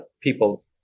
people